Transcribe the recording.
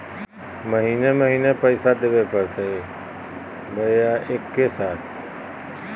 महीने महीने पैसा देवे परते बोया एके साथ?